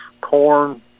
corn